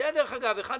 זה היה אחד החוקים